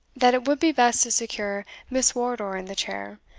that it would be best to secure miss wardour in the chair,